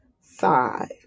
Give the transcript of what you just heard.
five